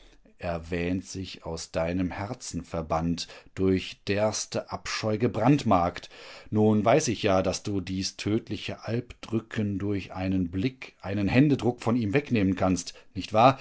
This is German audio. wähnt sich aus deinem herzen verbannt durch derste abscheu gebrandmarkt nun weiß ich ja daß du dies tödliche alpdrücken durch einen blick einen händedruck von ihm wegnehmen kannst nicht wahr